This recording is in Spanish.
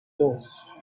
dos